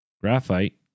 Graphite